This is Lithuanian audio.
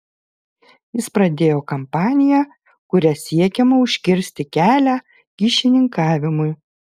jis pradėjo kampaniją kuria siekiama užkirsti kelią kyšininkavimui